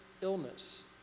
illness